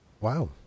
Wow